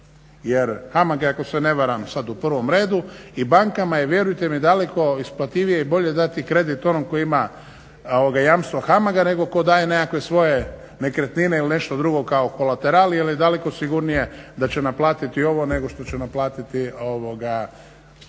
Jer HAMAG je ako se ne varam sad u prvom redu i bankama je vjerujte mi daleko isplativije i bolje dati kredit onom koji ima jamstva HAMAG-a nego tko daje nekakve svoje nekretnine ili nešto drugo kao kolateral jer je daleko sigurnije da će naplatiti ovo nego što će naplatiti sutra